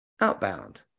outbound